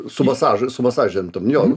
su masažu su masažine jo